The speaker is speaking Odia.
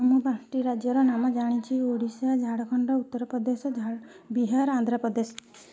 ମୁଁ ପାଞ୍ଚଟି ରାଜ୍ୟର ନାମ ଜାଣିଚି ଓଡ଼ିଶା ଝାଡ଼ଖଣ୍ଡ ଉତ୍ତରପ୍ରଦେଶ ବିହାର ଆନ୍ଧ୍ର ପ୍ରଦେଶ